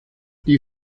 die